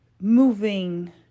moving